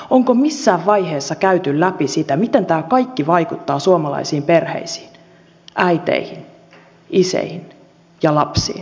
onko missään vaiheessa käyty läpi sitä miten tämä kaikki vaikuttaa suomalaisiin perheisiin äiteihin isiin ja lapsiin